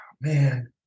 man